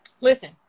Listen